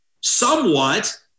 somewhat